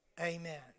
Amen